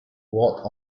what